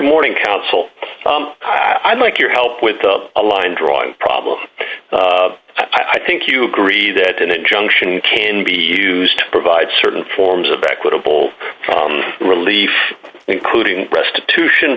morning counsel i'd like your help with the a line drawing problem i think you agree that an injunction can be used to provide certain forms of equitable relief including restitution